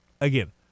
Again